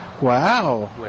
Wow